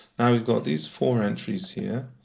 we've got these four entries here.